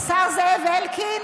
השר זאב אלקין.